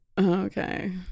Okay